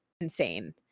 insane